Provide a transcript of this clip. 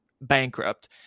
bankrupt